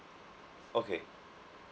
okay